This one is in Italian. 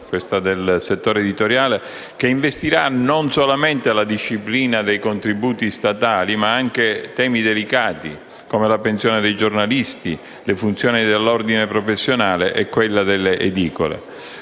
profonda e articolata, che investirà non solo la disciplina dei contributi statali ma anche temi delicati come la pensione dei giornalisti, le funzioni dell' ordine professionale e quella delle edicole.